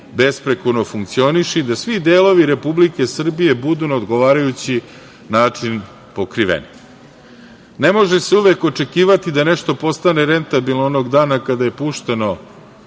besprekorno funkcioniše i da svi delovi Republike Srbije budu na odgovarajući način pokriveni. Ne može se uvek očekivati da nešto postane rentabilno onog dana kada je pušteno